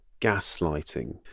gaslighting